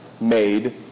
made